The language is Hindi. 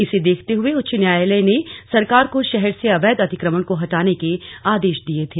इस देखते हए उच्च न्यायालय ने सरकार को शहर से अवैध अतिक्रमण को हटाने के आदेश दिए थे